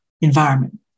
environment